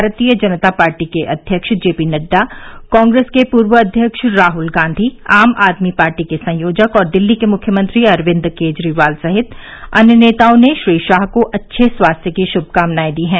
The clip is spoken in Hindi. भारतीय जनता पार्टी के अध्यक्ष जेपी नड्डा कांग्रेस के पूर्व अध्यक्ष राहल गांधी आम आदमी पार्टी के संयोजक और दिल्ली के मुख्यमंत्री अरविंद केजरीवाल सहित अन्य नेताओं ने श्री शाह को अच्छे स्वास्थ्य की शुभकामनाएं दी हैं